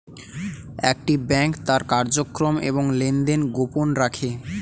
একটি ব্যাংক তার কার্যক্রম এবং লেনদেন গোপন রাখে